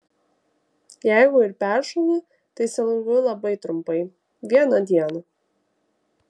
jeigu ir peršąlu tai sergu labai trumpai vieną dieną